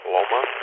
Loma